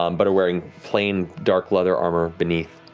um but are wearing plain dark leather armor beneath.